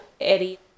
Eddie